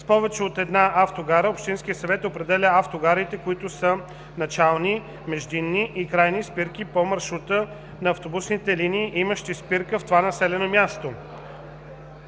с повече от една автогара общинският съвет определя автогарите, които са начални, междинни и крайни спирки по маршрута на автобусните линии, имащи спирка в това населено място;